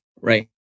right